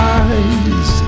eyes